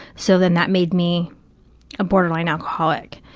so then that made me a borderline alcoholic.